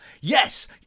Yes